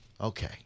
Okay